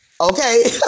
Okay